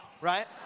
right